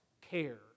care